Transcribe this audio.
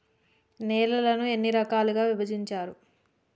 నేలలను ఎన్ని రకాలుగా విభజించారు?